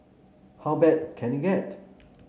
how bad can it get